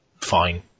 fine